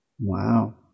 Wow